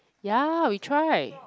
ya we try